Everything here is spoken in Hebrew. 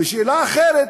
ושאלה אחרת,